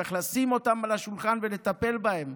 צריך לשים אותם על השולחן ולטפל בהם.